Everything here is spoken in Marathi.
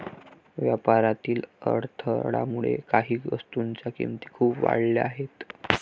व्यापारातील अडथळ्यामुळे काही वस्तूंच्या किमती खूप वाढल्या आहेत